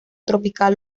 tropical